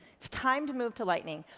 it's time to move to lightning,